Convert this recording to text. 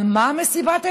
על מה מסיבת העיתונאים?